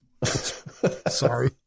Sorry